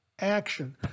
action